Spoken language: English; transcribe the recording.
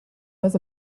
was